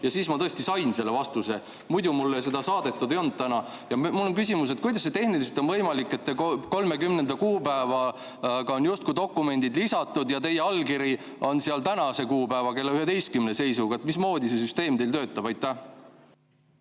on. Siis ma tõesti sain selle vastuse, muidu mulle seda saadetud ei olnud. Ja mul on küsimus, kuidas on see tehniliselt võimalik, et 30. kuupäevaga on justkui dokument lisatud, aga teie allkiri on seal tänase kuupäeva kella 11 seisuga. Mismoodi see süsteem teil töötab? Aitäh!